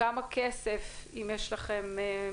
כמה כסף חייבת כל חברה, אם יש לכם נתונים?